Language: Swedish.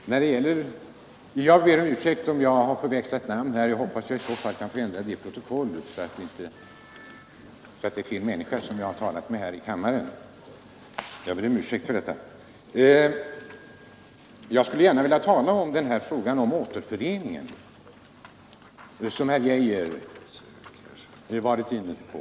och upprättande av Herr talman! Jag ber om ursäkt ifall jag under debatten har förväxlat diplomatiska förnamn. Jag hoppas att jag får ändra i protokollet, om det skulle vara så att bindelser med jag har riktat mig till fel ledamot av denna kammare. Demokratiska Jag skulle gärna vilja ta upp frågan om återföreningen, som herr Arne folkrepubliken Geijer i Stockholm varit inne på.